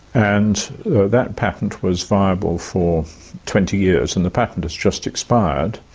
and that patent was viable for twenty years. and the patent has just expired.